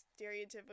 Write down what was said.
stereotypical